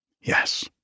Yes